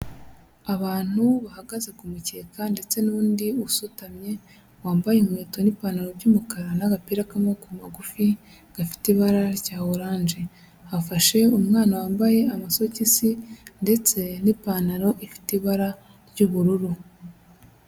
Abantu bahagaze ku mukeka ndetse n'undi usutamye wambaye inkweto n'ipantaro y'umukara n'agapira k'amaboko magufi gafite ibara rya orange, afashe umwana wambaye amasogisi ndetse n'ipantaro ifite ibara ry'ubururu.